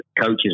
coaches